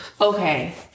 Okay